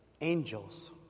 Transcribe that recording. angels